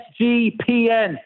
SGPN